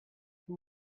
who